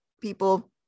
People